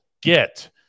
get